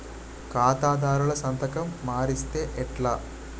ఖాతాదారుల సంతకం మరిస్తే ఎట్లా?